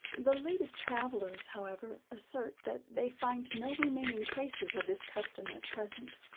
the latest travellers, however, assert, that they find no remaining traces of this custom at present.